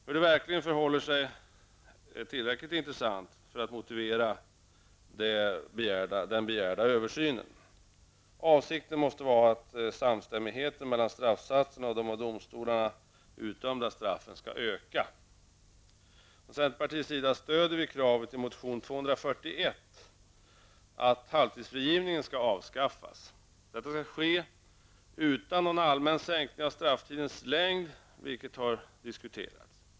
Hur det verkligen förhåller sig är tillräckligt intressant för att motivera den begärda översynen. Avsikten måste vara att samstämmigheten mellan straffsatserna och de av domstolarna utdömda straffen skall öka. Centerpartiet stöder kravet i motion 241, att halvtidsfrigivningen skall avskaffas. Detta skall ske utan någon allmän sänkning av strafftidens längd, vilket har diskuterats.